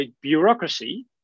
bureaucracy